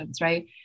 right